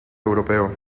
europeo